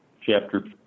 chapter